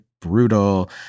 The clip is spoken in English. brutal